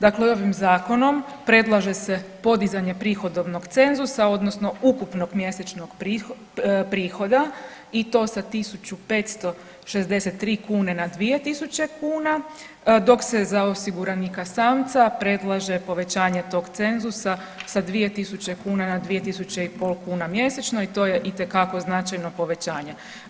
Dakle, i ovim Zakonom predlaže se podizanje prihodovnog cenzusa, odnosno ukupnog mjesečnog prihoda i to sa 1563 kuna na 2000 kuna, dok se za osiguranika samca predlaže povećanje tog cenzusa sa 2000 kuna na 2500 kuna mjesečno i to je itekako značajno povećanje.